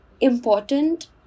important